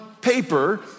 paper